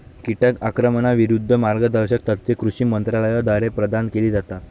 कीटक आक्रमणाविरूद्ध मार्गदर्शक तत्त्वे कृषी मंत्रालयाद्वारे प्रदान केली जातात